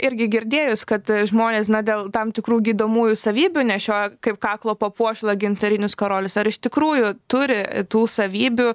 irgi girdėjus kad žmonės dėl tam tikrų gydomųjų savybių nešioja kaip kaklo papuošalą gintarinius karolius ar iš tikrųjų turi tų savybių